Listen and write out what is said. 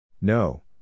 No